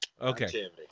Okay